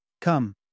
Come